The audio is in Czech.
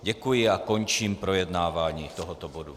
Děkuji a končím projednávání tohoto bodu.